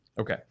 Okay